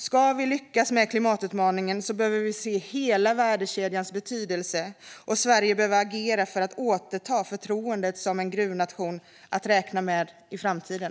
Ska vi lyckas med klimatutmaningen behöver vi se hela värdekedjans betydelse, och Sverige behöver agera för att återta förtroendet som en gruvnation att räkna med i framtiden.